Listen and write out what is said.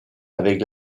avec